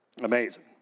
Amazing